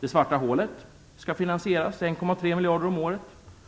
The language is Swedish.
"Det svarta hålet" skall finansieras med 1,3 miljarder om året,